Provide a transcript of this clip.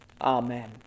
amen